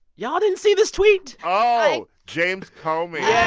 y'all didn't see this tweet? oh, james comey yeah